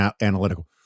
analytical